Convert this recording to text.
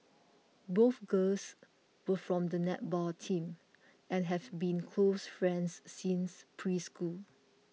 both girls were from the netball team and have been close friends since preschool